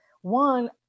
one